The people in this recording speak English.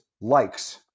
likes